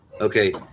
Okay